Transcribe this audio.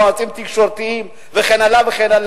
יועצים תקשורתיים וכן הלאה וכן הלאה.